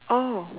oh